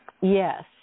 Yes